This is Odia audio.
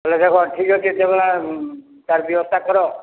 ହେଲେ ଦେଖ ଠିକ୍ ଅଛେ ତେବେ ତା'ର୍ ବ୍ୟବସ୍ତା କର